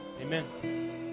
Amen